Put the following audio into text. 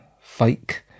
fake